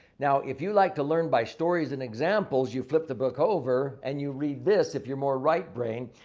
now, if you like to learn by stories and examples, you flip the book over and you read this. if you're more right brain.